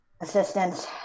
Assistance